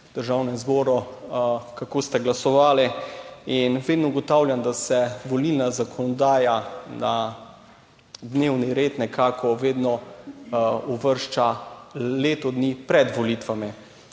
Državnem zboru, kako ste glasovali. In vedno ugotavljam, da se volilna zakonodaja na dnevni red nekako vedno uvršča leto dni pred volitvami.